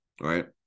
right